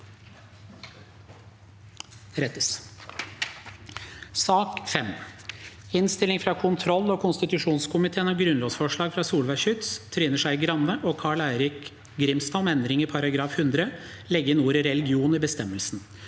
mai 2024 Innstilling fra kontroll- og konstitusjonskomiteen om Grunnlovsforslag fra Solveig Schytz, Trine Skei Grande og Carl-Erik Grimstad om endring i § 100 (legge inn ordet «religion» i bestemmelsen)